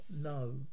No